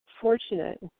fortunate